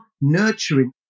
nurturing